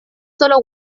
solo